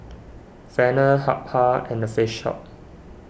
Feather Habhal and the Face Hope